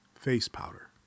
face-powder